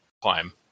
climb